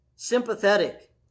Sympathetic